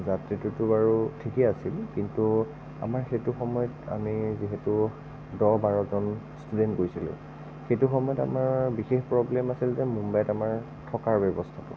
বাৰু ঠিকেই আছিল কিন্তু আমাৰ সেইটো সময়ত আমি যিহেতু দহ বাৰজন ষ্টুডেন্ট গৈছিলোঁ সেইটো সময়ত আমাৰ বিশেষ প্ৰৱ্লেম আছিল যে মুম্বাইত আমাৰ থকাৰ ব্যৱস্থাটো